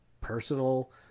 Personal